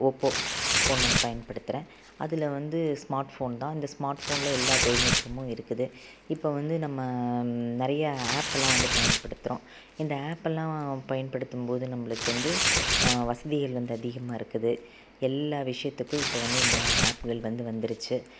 Oppo phone வந்து பயன்படுத்துறேன் அதில் வந்து ஸ்மார்ட்ஃபோன் தான் இந்த ஸ்மார்ட்ஃபோனில் எல்லா தொழில்நுட்பமும் இருக்குது இப்போது வந்து நம்ம நிறைய ஆப்பெல்லாம் வந்து பயன்படுத்துகிறோம் இந்த ஆப்பெல்லாம் பயன்படுத்தும் போது நம்மளுக்கு வந்து வசதிகள் வந்து அதிகமாக இருக்குது எல்லா விஷயத்துக்கும் இப்போ வந்து இந்த ஆப்கள் வந்து வந்துடுச்சு